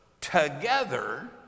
together